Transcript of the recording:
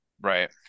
right